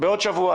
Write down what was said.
בעוד שבוע.